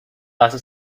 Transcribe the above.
وقتی